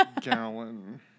gallon